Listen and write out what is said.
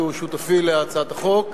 שהוא שותפי להצעת החוק.